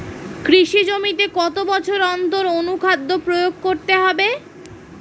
কৃষি জমিতে কত বছর অন্তর অনুখাদ্য প্রয়োগ করতে হবে?